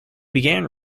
began